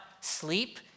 sleep